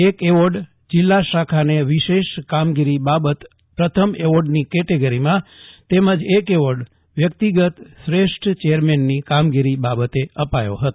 એક એવોર્ડ જિલ્લા શાખાને વિશેષ કામગીરી બાબત પ્રથમ એવોર્ડની કેટેગરીમાં તેમજ એક એવોર્ડ વ્યક્તિગત શ્રેષ્ઠ ચેરમેનની કામગીરી બાબત અપાયો હતો